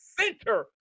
center